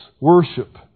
worship